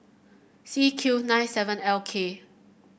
C Q nine seven L K